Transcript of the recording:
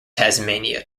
tasmania